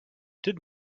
did